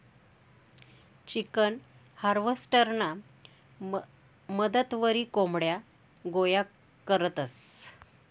chicken हार्वेस्टरना मदतवरी कोंबड्या गोया करतंस